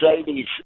Mercedes